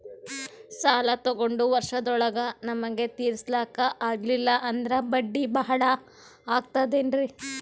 ಸಾಲ ತೊಗೊಂಡು ವರ್ಷದೋಳಗ ನಮಗೆ ತೀರಿಸ್ಲಿಕಾ ಆಗಿಲ್ಲಾ ಅಂದ್ರ ಬಡ್ಡಿ ಬಹಳಾ ಆಗತಿರೆನ್ರಿ?